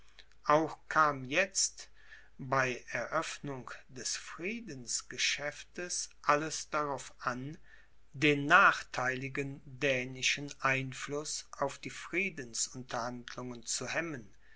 auch kam jetzt bei eröffnung des friedensgeschäftes alles darauf an den nachtheiligen dänischen einfluß auf die friedensunterhandlungen zu hemmen